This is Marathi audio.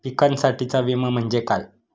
पिकांसाठीचा विमा म्हणजे काय?